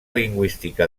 lingüística